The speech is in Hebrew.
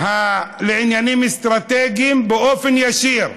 לעניינים אסטרטגיים באופן ישיר,